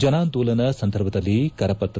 ಜನಾಂದೋಲನ ಸಂದರ್ಭದಲ್ಲಿ ಕರಪತ್ರ